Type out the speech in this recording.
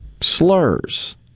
slurs